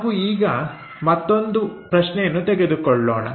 ನಾವು ಈಗ ಮತ್ತೊಂದು ಪ್ರಶ್ನೆಯನ್ನು ತೆಗೆದುಕೊಳ್ಳೋಣ